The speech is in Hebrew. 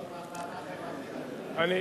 זאת החלטה חברתית, אדוני.